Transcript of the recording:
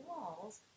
walls